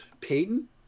Peyton